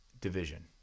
division